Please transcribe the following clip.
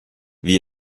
wie